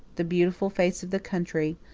the beautiful face of the country,